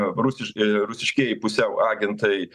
rusiš rusiškieji pusiau agentai